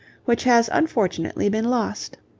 which has unfortunately been lost.